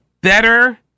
Better